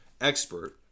expert